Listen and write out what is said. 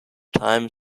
time